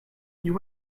you